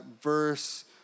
verse